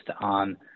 on